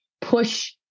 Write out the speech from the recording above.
push